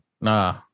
Nah